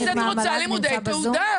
אז את רוצה לימודי תעודה,